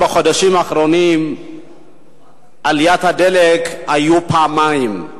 בחודשים האחרונים מחיר הדלק עלה פעמיים.